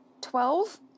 twelve